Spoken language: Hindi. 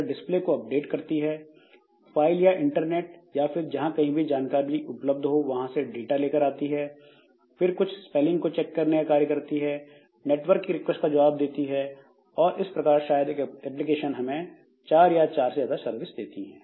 यह डिस्प्ले को अपडेट करती है फाइल या इंटरनेट या फिर जहां कहीं भी जानकारी उपलब्ध हो वहाँ से डाटा लेकर आती है फिर कुछ स्पेलिंग को चेक करने का कार्य करती है नेटवर्क की रिक्वेस्ट का जवाब देती है और इस प्रकार शायद एक एप्लीकेशन में हम चार या 4 से ज्यादा सर्विस करते हैं